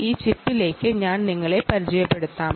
ഈ ചിപ്പിനെ ഞാൻ നിങ്ങൾക്ക് പരിചയപ്പെടുത്താം